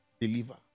deliver